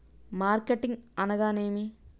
Marketing అనగానేమి?